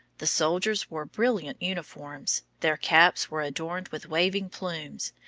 the soldiers wore brilliant uniforms, their caps were adorned with waving plumes,